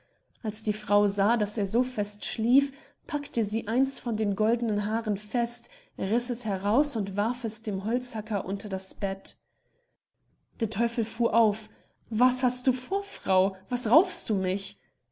als die frau sah daß er so fest schlief packte sie eins von den drei goldenen haaren fest riß es heraus und warf es dem holzhacker unter das bett der teufel fuhr auf was hast du vor frau was raufst du mich